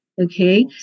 okay